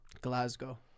Glasgow